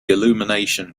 illumination